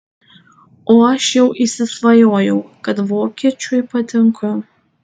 o aš jau įsisvajojau kad vokiečiui patinku